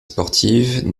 sportive